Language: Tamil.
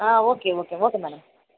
ah okay okay okay madam